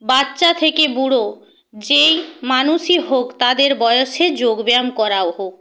বাচ্চা থেকে বুড়ো যেই মানুষই হোক তাদের বয়সে যোগব্যায়াম করা হোক